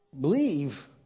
believe